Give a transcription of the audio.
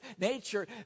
Nature